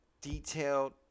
detailed